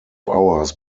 hours